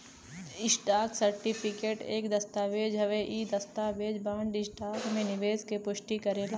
stock certificate एक दस्तावेज़ हउवे इ दस्तावेज बॉन्ड, स्टॉक में निवेश क पुष्टि करेला